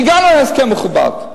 והגענו להסכם מכובד.